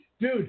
Dude